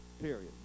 Period